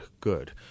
good